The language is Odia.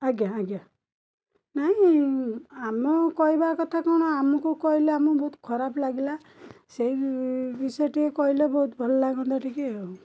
ଆଜ୍ଞା ଆଜ୍ଞା ନାହିଁ ଆମ କହିବା କଥା କ'ଣ ଆମକୁ କହିଲେ ଆମେ ବହୁତ ଖରାପ ଲାଗିଲା ସେଇ ବିଷୟରେ ଟିକିଏ କହିଲେ ବହୁତ ଭଲ ଲାଗନ୍ତା ଟିକିଏ ଆଉ